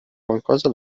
qualcosa